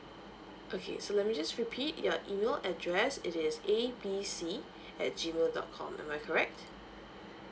okay so let me just repeat your email address it is A B C at G mail dot com am I correct